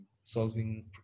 solving